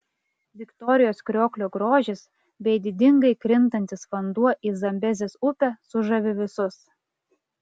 viktorijos krioklio grožis bei didingai krintantis vanduo į zambezės upę sužavi visus